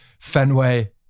Fenway